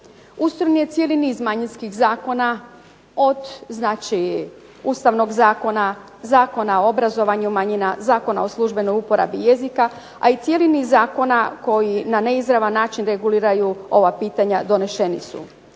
Ustrojen je cijeli niz manjinskih zakona od Ustavnog zakona, Zakona o obrazovanju manjina, Zakona o službenoj uporabi jezika, a i cijeli niz zakona koji na neizravan način reguliraju ova pitanja donešeni su.